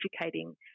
educating